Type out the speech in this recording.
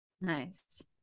Nice